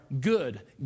good